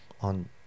on